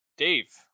Dave